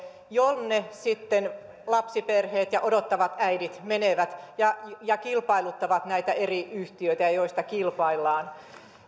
jonne sitten lapsiperheet ja odottavat äidit menevät ja ja kilpailuttavat näitä eri yhtiöitä joista kilpaillaan